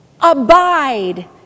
abide